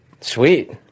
Sweet